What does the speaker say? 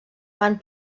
van